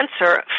answer